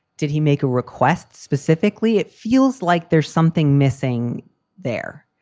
did he make a request specifically? it feels like there's something missing there.